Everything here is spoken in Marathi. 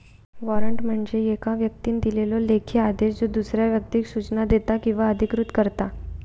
वॉरंट म्हणजे येका व्यक्तीन दिलेलो लेखी आदेश ज्यो दुसऱ्या व्यक्तीक सूचना देता किंवा अधिकृत करता